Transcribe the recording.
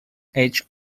edge